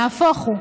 נהפוך הוא.